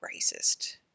racist